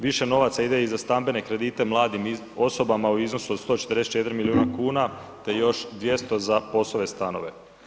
Više novaca ide i za stambene kredite mladim osobama u iznosu od 144 milijuna kuna te još 200 za POS-ove stanove.